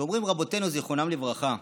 ואומרים רבותינו זיכרונם לברכה: